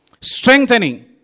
strengthening